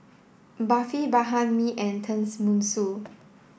Barfi Banh Mi and Tenmusu